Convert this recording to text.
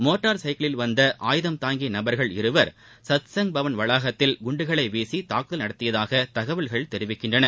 motor சைக்கிளில் வந்த இரண்டு ஆயுதம் தாங்கிய நபர்கள் சாட்சாங் பவன் வளாகத்தில் குண்டுகளை வீசி தாக்குதலை நடத்தியதாக தகவல்கள் தெரிவிக்கின்றன